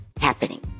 happening